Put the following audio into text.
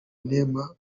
neema